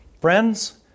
Friends